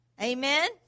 Amen